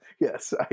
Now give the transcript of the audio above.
yes